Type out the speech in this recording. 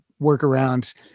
workarounds